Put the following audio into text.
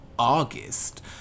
August